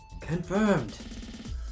CONFIRMED